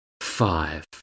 five